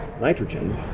nitrogen